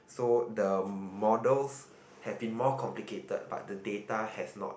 so the models have been more complicated but the data has not